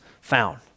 found